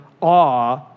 awe